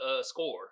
score